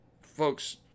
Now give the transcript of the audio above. folks